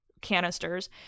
canisters